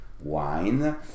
wine